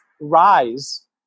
rise